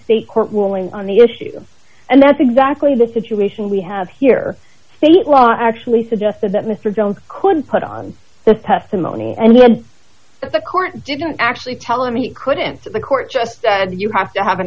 state court ruling on the issue and that's exactly the situation we have here state law actually suggested that mr jones couldn't put on this testimony and then the court didn't actually tell him he couldn't see the court just said you have to have an